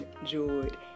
enjoyed